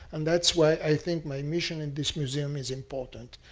and that's why i think my mission in this museum is important.